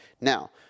Now